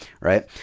right